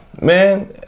man